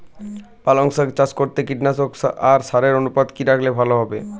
পালং শাক চাষ করতে কীটনাশক আর সারের অনুপাত কি রাখলে ভালো হবে?